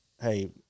hey